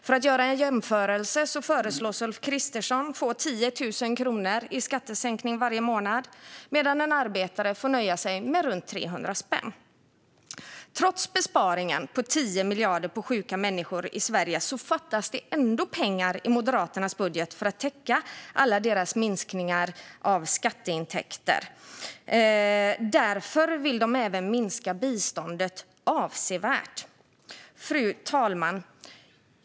För att göra en jämförelse föreslås Ulf Kristersson få 10 000 kronor i skattesänkning varje månad, medan en arbetare får nöja sig med runt 300 spänn. Trots besparingen på 10 miljarder på sjuka människor i Sverige fattas det ändå pengar i Moderaternas budget för att täcka alla deras minskningar av skatteintäkter. Därför vill de även minska biståndet avsevärt. Fru talman!